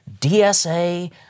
DSA